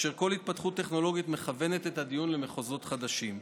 וכל התפתחות טכנולוגית מכוונת את הדיון למחוזות חדשים.